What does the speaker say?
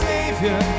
Savior